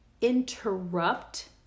interrupt